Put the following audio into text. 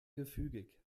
gefügig